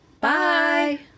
Bye